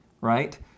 right